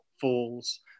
falls